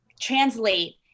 translate